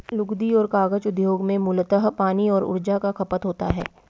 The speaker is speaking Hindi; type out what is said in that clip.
लुगदी और कागज उद्योग में मूलतः पानी और ऊर्जा का खपत होता है